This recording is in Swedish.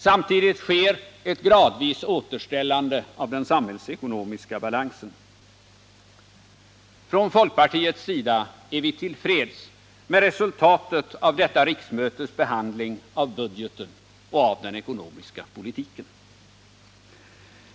Samtidigt sker ett gradvis återställande av den samhällsekonomiska balansen. Från folkpartiets sida är vi till freds med resultatet av detta riksmötes behandling av budgeten och av den ekonomiska politiken.